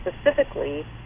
specifically